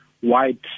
white